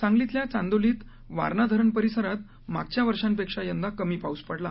सांगलीतल्या चांदोलीत वारणा धरण परिसरात मागच्या वर्षांपेक्षा यंदा कमी पाऊस पडला